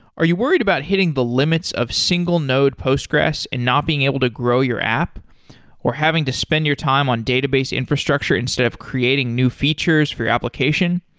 are you worried about hitting the limits of single node postgres and not being able to grow your app or having to spend your time on database infrastructure instead of creating new features for you application?